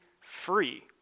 free